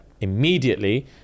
immediately